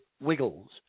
wiggles